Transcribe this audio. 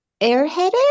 airheaded